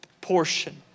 portion